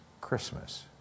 Christmas